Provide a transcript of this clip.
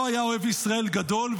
לא היה אוהב ישראל גדול,